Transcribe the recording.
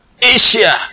Asia